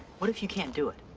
what if you can't do it?